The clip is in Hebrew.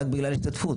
רק בגלל ההשתתפות,